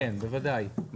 כן, בוודאי.